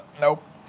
Nope